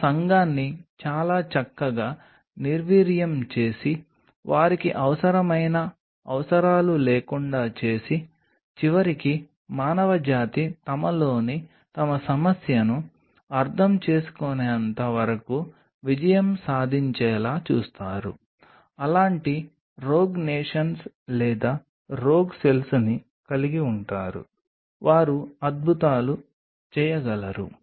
ఆ సంఘాన్ని చాలా చక్కగా నిర్వీర్యం చేసి వారికి అవసరమైన అవసరాలు లేకుండా చేసి చివరికి మానవజాతి తమలోని తమ సమస్యను అర్థం చేసుకునేంత వరకు విజయం సాధించేలా చూస్తారు అలాంటి రోగ్ నేషన్స్ లేదా రోగ్ సెల్స్ని కలిగి ఉంటారు వారు అద్భుతాలు చేయగలరు